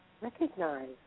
recognize